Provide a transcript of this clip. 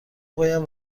پایم